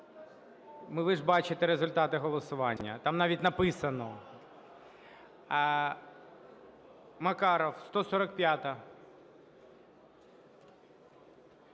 ви ж бачите результати голосування, там навіть написано. Макаров, 145-а.